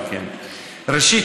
ראשית,